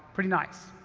pretty nice.